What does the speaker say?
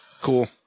Cool